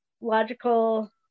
logical